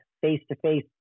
face-to-face